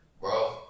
bro